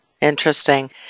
interesting